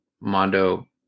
Mondo